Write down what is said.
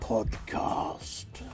Podcast